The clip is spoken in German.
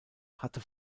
hatte